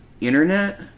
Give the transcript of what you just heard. internet